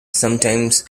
sometimes